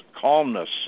calmness